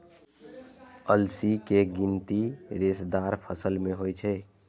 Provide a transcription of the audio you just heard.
अलसी के गिनती रेशेदार फसल मे होइ छै